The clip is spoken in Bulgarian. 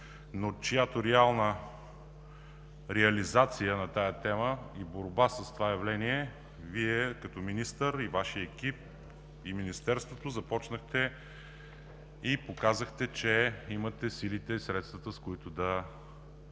по чиято реална реализация и борба с това явление Вие, като министър, Вашият екип и Министерството, започнахте и показахте, че имате силите и средствата, с които да се